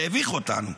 זה הביך אותנו.